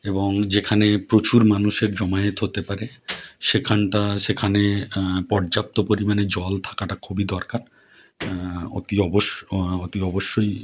এবং যেখানে প্রচুর মানুষের জমায়েত হতে পারে সেখানটা সেখানে পর্যাপ্ত পরিমাণে জল থাকাটা খুবই দরকার অতি অবশ্য অতি অবশ্যই